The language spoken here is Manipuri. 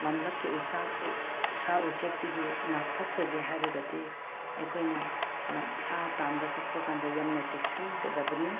ꯂꯝꯂꯛꯀꯤ ꯁꯥ ꯎꯆꯦꯛꯇꯒꯤ ꯉꯥꯛꯊꯣꯛꯆꯒꯦ ꯍꯥꯏꯔꯒꯗꯤ ꯑꯩꯈꯣꯏꯅ ꯁꯥ ꯇꯥꯟꯕ ꯆꯠꯄ ꯀꯥꯟꯗ ꯌꯥꯝꯅ ꯆꯦꯛꯁꯟꯒꯗꯕꯅꯤ